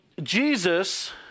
Jesus